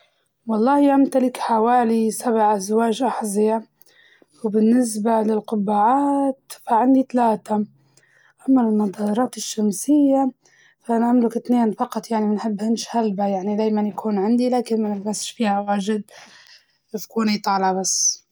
والله أمتلك حوالي سبع أزواج أحزية، وبالنسبة للقبعات فعندي ثلاثة، أما النظارات الشمسية فأنا أملك اثنين فقط يعني منحبهنش هلبا يعني دايماً يكون عندي لكن ما نلبسش فيها واجد فيكوني طالعة بس.